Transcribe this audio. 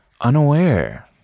unaware